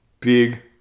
big